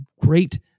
great